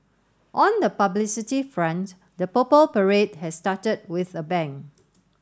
on the publicity front the Purple Parade has started with a bang